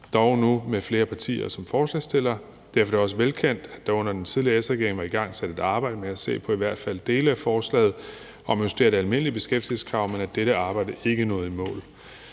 dog nu med flere partier som forslagsstillere. Derfor er det også velkendt, at der under den tidligere S-regering var igangsat et arbejde med at se på i hvert fald dele af forslaget om at justere det almindelige beskæftigelseskrav, men at dette arbejde ikke nåede i mål.